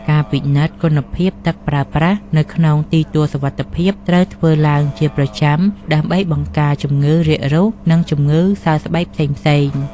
ការពិនិត្យគុណភាពទឹកប្រើប្រាស់នៅក្នុងទីទួលសុវត្ថិភាពត្រូវធ្វើឡើងជាប្រចាំដើម្បីបង្ការជំងឺរាករូស និងជំងឺសើស្បែកផ្សេងៗ។